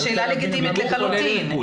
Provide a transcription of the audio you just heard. שאלה לגיטימית לחלוטין.